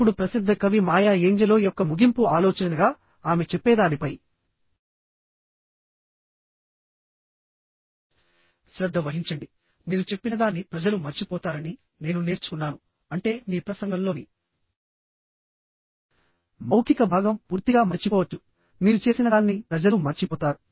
ఇప్పుడు ప్రసిద్ధ కవి మాయా ఏంజెలో యొక్క ముగింపు ఆలోచనగాఆమె చెప్పేదానిపై శ్రద్ధ వహించండి మీరు చెప్పినదాన్ని ప్రజలు మరచిపోతారని నేను నేర్చుకున్నాను అంటే మీ ప్రసంగంలోని మౌఖిక భాగం పూర్తిగా మరచిపోవచ్చు మీరు చేసినదాన్ని ప్రజలు మరచిపోతారు